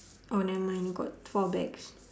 oh never mind got four bags